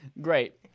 Great